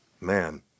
man